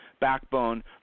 backbone